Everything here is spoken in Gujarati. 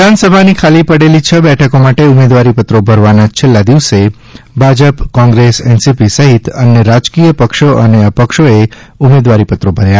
વિધાનસભાની ખાલી પડેલી છ બેઠકો માટે ઉમેદવારીપત્રો ભરવાના છેલ્લા દિવસે ભાજપ કોંગ્રેસ એનસીપી સહિત અન્ય રાજકીયપક્ષો અને અપક્ષોએ ઉમેદવારીપત્રો ભર્યા